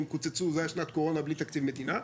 קוצצו והייתה שנת קורונה ללא תקציב מדינה.